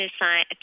sign